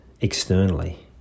externally